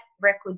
record